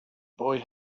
boy